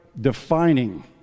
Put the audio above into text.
defining